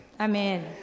Amen